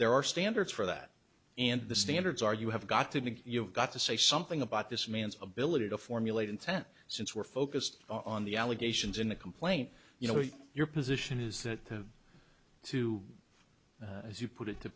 there are standards for that and the standards are you have got to you've got to say something about this man's ability to formulate intent since we're focused on the allegations in the complaint you know your position is that to as you put it to